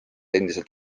endiselt